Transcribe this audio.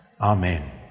Amen